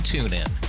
TuneIn